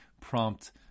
prompt